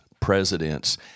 presidents